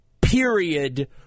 period